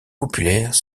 populaires